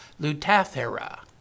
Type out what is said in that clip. Lutathera